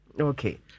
Okay